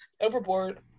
Overboard